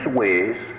ways